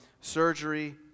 surgery